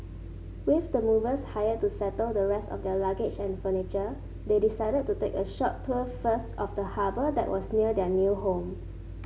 with the movers hired to settle the rest of their luggage and furniture they decided to take a short tour first of the harbour that was near their new home